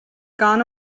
gone